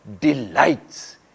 delights